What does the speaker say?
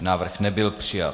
Návrh nebyl přijat.